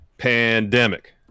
Pandemic